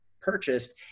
purchased